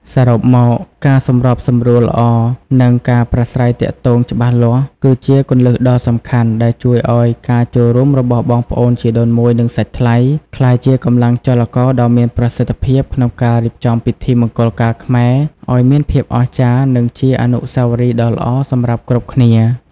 សរុបមក ការសម្របសម្រួលល្អ និងការប្រាស្រ័យទាក់ទងច្បាស់លាស់ គឺជាគន្លឹះដ៏សំខាន់ដែលជួយឱ្យការចូលរួមរបស់បងប្អូនជីដូនមួយ និងសាច់ថ្លៃ ក្លាយជាកម្លាំងចលករដ៏មានប្រសិទ្ធភាពក្នុងការរៀបចំពិធីមង្គលការខ្មែរឱ្យមានភាពអស្ចារ្យ និងជាអនុស្សាវរីយ៍ដ៏ល្អសម្រាប់គ្រប់គ្នា។